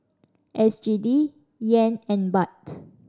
S G D Yen and Baht